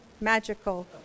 magical